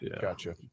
gotcha